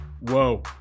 Whoa